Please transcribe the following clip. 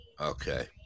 Okay